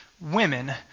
women